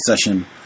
session